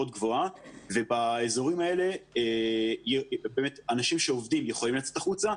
גבוהה ובאזורים האלה אנשים שעובדים יכולים לצאת החוצה,